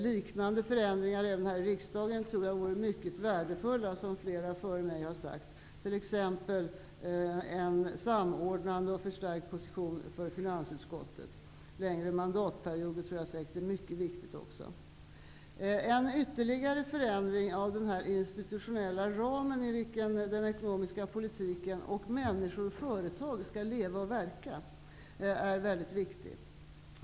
Liknande förändringar här i riksdagen tror jag vore mycket värdefulla, exempelvis en samordnad och förstärkt position för finansutskottet. Jag tror att det också är mycket viktigt med längre mandatperioder. En ytterligare förändring av den institutionella ramen i vilken den ekonomiska politiken, människorna och företagen skall leva och verka är väldigt viktig.